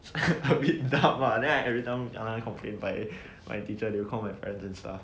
it's bit dumb then I everytime kena complain by my teacher they call my friends and stuff